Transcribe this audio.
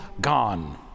gone